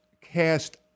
cast